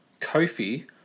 Kofi